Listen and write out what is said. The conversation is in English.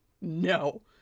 no